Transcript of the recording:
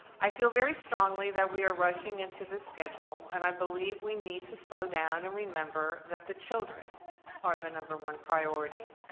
i feel very strongly that we are rushing into this schedule and i believe we need to slow down and remember that the children are the number one priority,